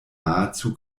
nahezu